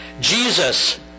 Jesus